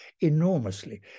enormously